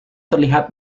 terlihat